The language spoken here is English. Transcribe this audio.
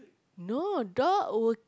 no dog would